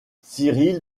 cyril